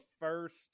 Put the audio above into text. first